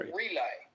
relay